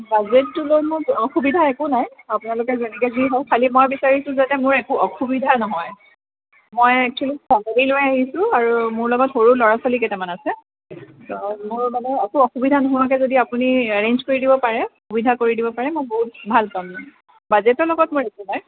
বাজেটটো লৈ মোৰ অসুবিধা একো নাই আপোনালোকে যেনেকৈ যি হয় খালী মই বিচাৰিছোঁ যাতে মোৰ একো অসুবিধা নহয় মই এক্সোৱেলি ফেমিলি লৈ আহিছোঁ আৰু মোৰ লগত সৰু ল'ৰা ছোৱালী কেইটামান আছে ত' মোৰ মানে একো অসুবিধা নোহোৱাকৈ যদি আপুনি এৰেঞ্জ কৰি দিব পাৰে সুবিধা কৰি দিব পাৰে মই বহুত ভাল পাম বাজেটৰ লগত মোৰ একো নাই